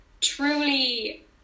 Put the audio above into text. truly